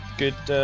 good